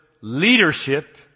leadership